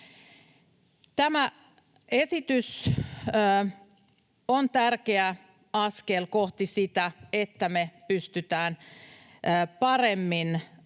Tämä esitys on tärkeä askel kohti sitä, että me pystytään paremmin